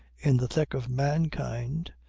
in the thick of mankind,